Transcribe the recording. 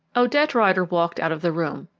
odette rider walked out of the room,